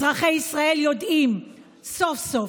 אזרחי ישראל יודעים סוף-סוף,